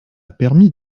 permis